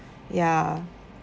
ya